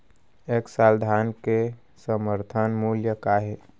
ए साल धान के समर्थन मूल्य का हे?